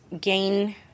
gain